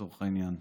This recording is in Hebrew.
לצורך העניין.